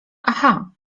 aha